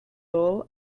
all